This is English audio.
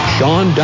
Sean